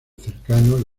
cercano